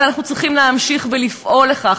אבל אנחנו צריכים להמשיך ולפעול לכך,